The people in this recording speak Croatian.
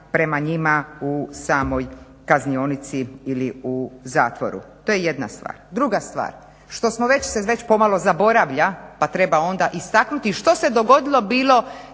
prema njima u samoj kaznionici ili u zatvoru. To je jedna stvar. Druga stvar, što smo već, već pomalo zaboravlja pa treba onda istaknuti što se dogodilo bilo